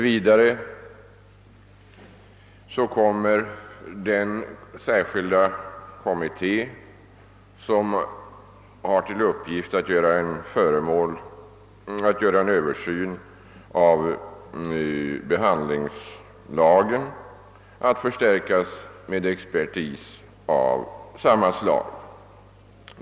Vidare kommer den särskilda kommitté som har till uppgift att göra en översyn av behandlingslagen att förstärkas med expertis av samma slag.